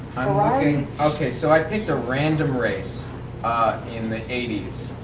i'm looking ok. so i picked a random race in the eighty